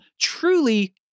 truly